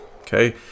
okay